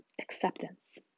acceptance